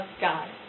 God